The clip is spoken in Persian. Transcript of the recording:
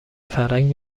فرهنگ